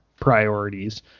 priorities